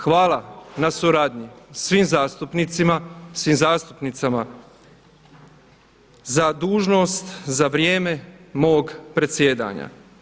Hvala na suradnji svim zastupnicima, svim zastupnicama za dužnost za vrijeme mog predsjedanja.